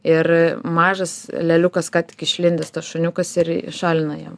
ir mažas leliukas ką tik išlindęs tas šuniukas ir šalina jam